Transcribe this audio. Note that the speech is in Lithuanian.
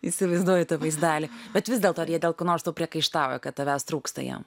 įsivaizduoju tą vaizdelį bet vis dėlto ar jie dėl ko nors tau priekaištauja kad tavęs trūksta jiem